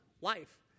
life